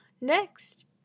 Next